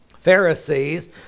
Pharisees